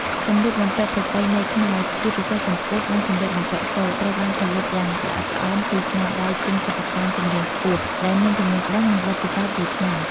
សម្លៀកបំពាក់ប្រពៃណីខ្មែរ ជាពិសេសសំពត់ និងសម្លៀកបំពាក់សូត្រ ត្រូវបានផលិតយ៉ាងល្អិតល្អន់ពីស្នាដៃជាងសិប្បកម្មជំនាញខ្ពស់ ដែលមានចំណេះដឹង និងបទពិសោធន៍យូរឆ្នាំ។